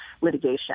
litigation